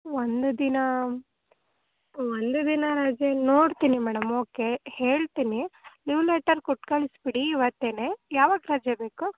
ಒಂದು ದಿನ ಒಂದು ದಿನ ರಜೆ ನೋಡ್ತೀನಿ ಮೇಡಮ್ ಓಕೆ ಹೇಳ್ತೀನಿ ಲಿವ್ ಲೆಟರ್ ಕೊಟ್ಟು ಕಳಿಸ್ಬಿಡಿ ಇವತ್ತೇ ಯಾವಾಗ ರಜೆ ಬೇಕು